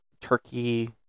turkey